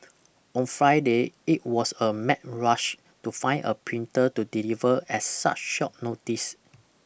on Friday it was a mad rush to find a printer to deliver at such short notice